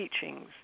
teachings